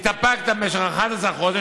התאפקת במשך 11 חודש,